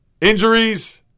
injuries